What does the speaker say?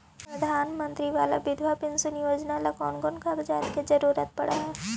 प्रधानमंत्री बाला बिधवा पेंसन योजना ल कोन कोन कागज के जरुरत पड़ है?